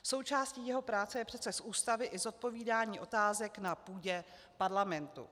Součástí jeho práce je přece z Ústavy i zodpovídání otázek na půdě parlamentu.